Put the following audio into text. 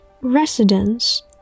Residence